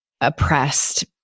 oppressed